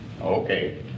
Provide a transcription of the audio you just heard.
Okay